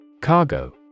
Cargo